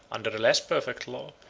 under a less perfect law,